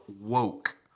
woke